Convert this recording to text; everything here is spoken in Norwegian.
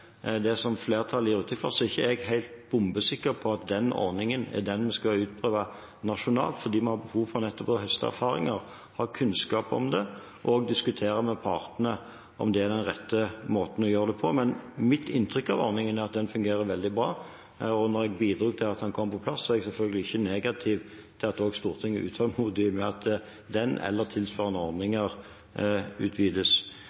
det som flertallet gir uttrykk for, er ikke jeg helt bombesikker på at den ordningen er den vi skal ut med nasjonalt, for vi har nettopp bruk for å høste erfaringer, ha kunnskap og diskutere med partene om det er den rette måten å gjøre det på. Men mitt inntrykk av ordningen er at den fungerer veldig bra. Og når jeg bidro til at den kom på plass, er jeg selvfølgelig ikke negativ til at også Stortinget er utålmodig med hensyn til at den ordningen eller tilsvarende